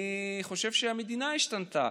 אני חושב שהמדינה השתנתה.